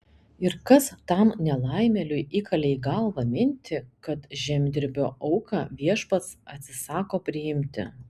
ir kas tam nelaimėliui įkalė į galvą mintį kad žemdirbio auką viešpats atsisako priimti